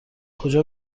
کجا